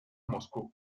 moscú